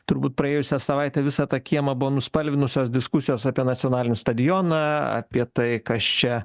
turbūt praėjusią savaitę visą tą kiemą buvo nuspalvinusios diskusijos apie nacionalinį stadioną apie tai kas čia